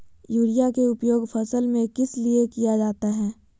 Urea के उपयोग फसल में किस लिए किया जाता है?